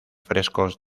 frescos